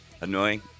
Annoying